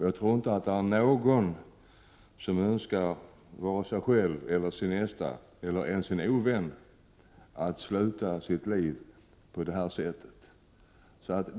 Jag tror inte att någon önskar att vare sig han själv, hans nästa eller ens hans ovän skall sluta sitt liv på detta sätt.